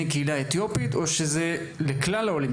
הדברים אמורים רק לגבי בני הקהילה האתיופית או שזה לכלל העולים?